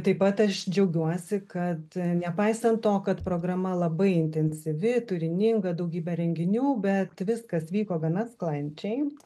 taip pat aš džiaugiuosi kad nepaisant to kad programa labai intensyvi turininga daugybė renginių bet viskas vyko gana sklandžiai